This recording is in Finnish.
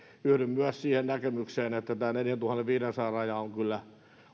yhdyn myös siihen näkemykseen että tämä neljäntuhannenviidensadan raja on kyllä